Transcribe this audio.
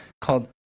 called